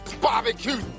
barbecue